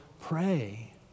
pray